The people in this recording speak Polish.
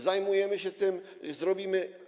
Zajmujemy się tym, zrobimy.